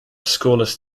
scoreless